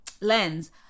lens